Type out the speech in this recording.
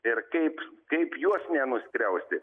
ir kaip kaip juos nenuskriausti